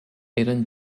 eren